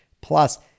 Plus